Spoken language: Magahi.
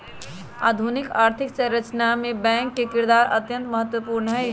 आधुनिक आर्थिक संरचना मे बैंक के किरदार अत्यंत महत्वपूर्ण हई